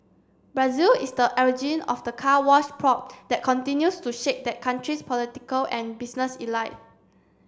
Brazil is the origin of the Car Wash probe that continues to shake that country's political and business